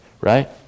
right